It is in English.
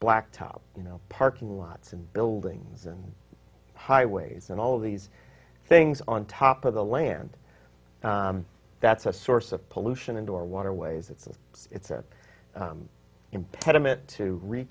blacktop you know parking lots and buildings and highways and all of these things on top of the land that's a source of pollution into our waterways it's a it's a impediment to re